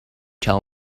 tell